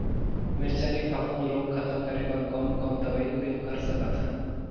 मिरचा के फफूंद रोग खतम करे बर कौन कौन दवई उपयोग कर सकत हन?